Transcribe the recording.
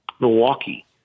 Milwaukee